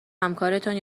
همکارتان